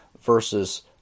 versus